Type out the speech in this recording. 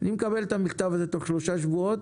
אני מקבל את המכתב הזה תוך שלושה שבועות.